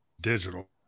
digital